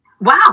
Wow